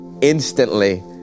instantly